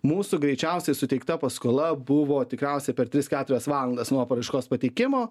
mūsų greičiausiai suteikta paskola buvo tikriausiai per tris keturias valandas nuo paraiškos pateikimo